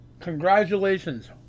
Congratulations